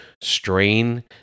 strain